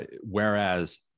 Whereas